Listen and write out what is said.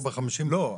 לא,